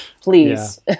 please